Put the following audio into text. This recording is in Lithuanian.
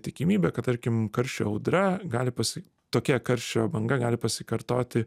tikimybė kad tarkim karščio audra gali pasi tokia karščio banga gali pasikartoti